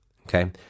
Okay